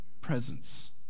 presence